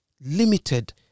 limited